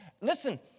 Listen